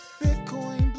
Bitcoin